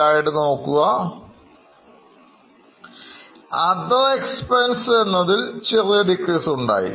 Other എക്സ്പെൻസ്എന്നതിൽ ചെറിയ decrease ഉണ്ടായി